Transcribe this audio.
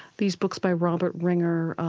these books by robert ringer,